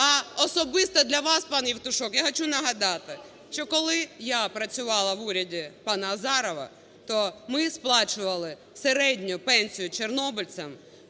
А особисто для вас, пане Євтушок, я хочу нагадати, що коли я працювала в уряді пана Азарова, то ми сплачували середню пенсію чорнобильцям